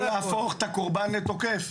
לא להפוך את הקורבן לתוקף.